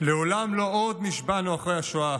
"לעולם לא עוד", נשבענו אחרי השואה.